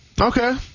Okay